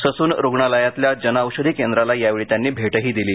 Sassoon रुग्णालयातल्या जनऔषधी केंद्राला यावेळी त्यांनी भेटही दिली